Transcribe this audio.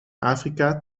afrika